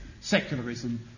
secularism